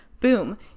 boom